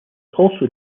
also